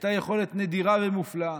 הייתה יכולת נדירה ומופלאה.